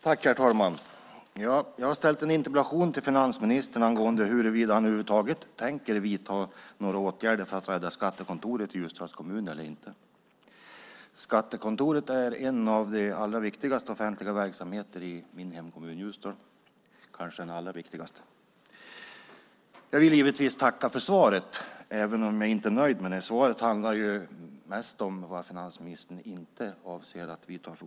Herr talman! Jag har ställt en interpellation till finansministern om huruvida han över huvud taget tänker vidta några åtgärder för att rädda skattekontoret i Ljusdals kommun eller inte. Skattekontoret är en av de allra viktigaste offentliga verksamheterna i min hemkommun Ljusdal - ja, kanske den allra viktigaste. Givetvis vill jag tacka för svaret, men jag är inte nöjd med det. Svaret handlar mest om vilka åtgärder finansministern inte avser att vidta.